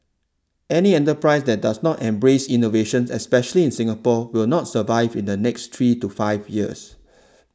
any enterprise that does not embrace innovations especially in Singapore will not survive in the next three to five years